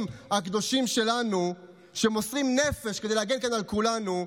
הקדושים שלנו שמוסרים נפש כדי להגן כאן על כולנו,